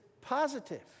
positive